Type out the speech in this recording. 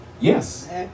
Yes